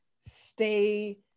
stay